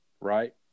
right